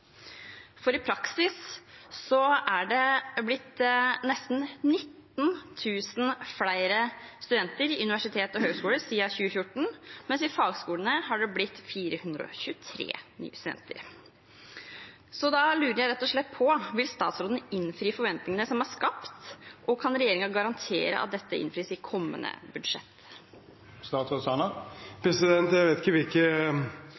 For i praksis er det blitt nesten 19 000 flere studenter på universitet og høyskoler siden 2014, mens det i fagskolene har blitt 423 nye studenter. Da lurer jeg rett og slett på: Vil statsråden innfri forventningene som er skapt? Og kan regjeringen garantere at dette innfris i kommende budsjett? Jeg vet ikke hvilke